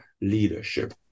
leadership